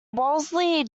wolseley